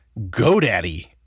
GoDaddy